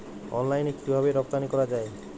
অনলাইনে কিভাবে রপ্তানি করা যায়?